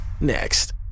next